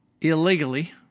illegally